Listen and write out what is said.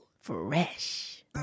fresh